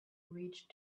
reach